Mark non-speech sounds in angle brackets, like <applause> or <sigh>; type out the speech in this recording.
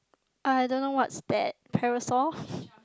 I don't know what's that parasol <laughs>